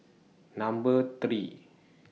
Number three